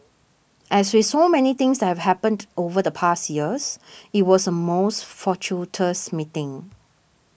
as with so many things have happened over the past years it was a most fortuitous meeting